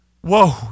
Whoa